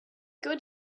good